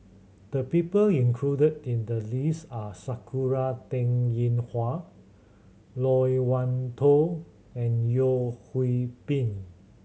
the people included in the list are Sakura Teng Ying Hua Loke Wan Tho and Yeo Hwee Bin